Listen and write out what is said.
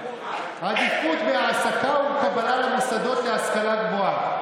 עדיפות בהעסקה ובקבלה למוסדות להשכלה גבוהה.